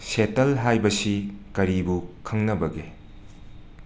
settle ꯍꯥꯏꯕꯁꯤ ꯀꯔꯤꯕꯨ ꯈꯪꯅꯕꯒꯦ